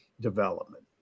Development